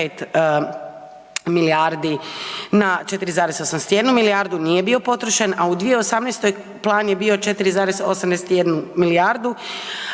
milijardi na 4,81 milijardu, nije bio potrošen, a u 2018. plan je bio 4,81 milijardu